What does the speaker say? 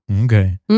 okay